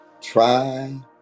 try